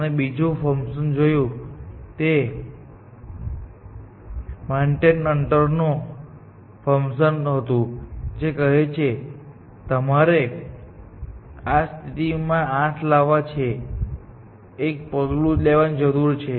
અમે બીજું ફંકશન જોયું તે મન્હાટ્ટેન અંતરનું ફંકશન હતું જે કહે છે કે તમારે આ સ્થિતિમાં 8 લાવવા માટે એક પગલું લેવાની જરૂર છે